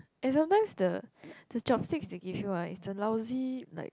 and sometimes the the chopsticks they give you ah is the lousy like